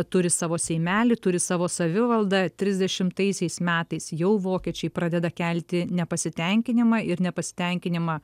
turi savo seimelį turi savo savivaldą trisdešimtaisiais metais jau vokiečiai pradeda kelti nepasitenkinimą ir nepasitenkinimą